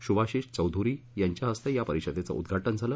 श्भाशीष चौध्री यांच्या हस्ते या परिषदेचं उद्घाटन झालं